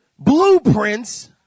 blueprints